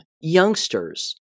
Youngsters